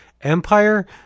Empire